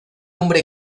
hombre